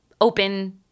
open